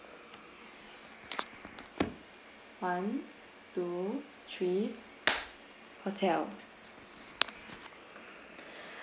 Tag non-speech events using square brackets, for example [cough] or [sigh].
one two three [noise] hotel